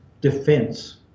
defense